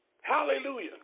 Hallelujah